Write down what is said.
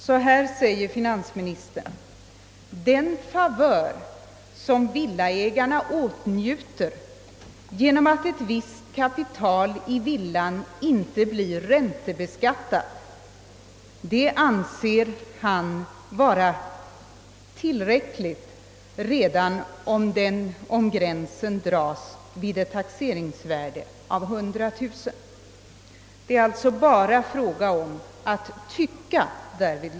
Finansministern anför på denna punkt att den favör, som villaägarna åtnjuter genom att ett visst kapital i villan inte blir räntebeskattat, är tillräckligt stor redan om gränsen dras vid ett taxeringsvärde av 100000 kronor. Det är alltså därvidlag bara fråga om ett tyckande.